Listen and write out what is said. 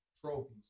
trophies